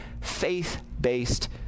faith-based